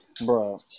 Bro